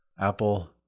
Apple